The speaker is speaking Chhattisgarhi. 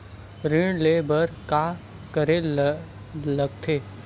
ऋण ले बर का करे ला लगथे?